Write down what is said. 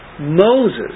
Moses